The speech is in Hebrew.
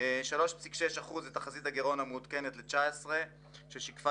3.6% תחזית הגירעון המעודכנת ל-2019 ששיקפה